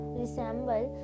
resemble